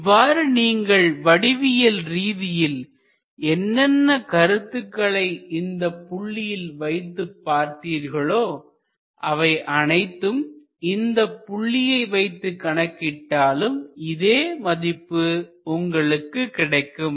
இவ்வாறு நீங்கள் வடிவியல் ரீதியில் என்னென்ன கருத்துக்களை இந்தப் புள்ளியில் வைத்து பார்த்தீர்களோ அவை அனைத்தும் இந்தப் புள்ளியை வைத்து கணக்கிட்டாலும் இதே மதிப்பு உங்களுக்கு கிடைக்கும்